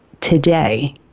today